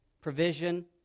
provision